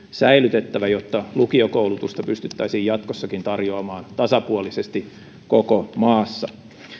säilytettävä jotta lukiokoulutusta pystyttäisiin jatkossakin tarjoamaan tasapuolisesti koko maassa